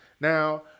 Now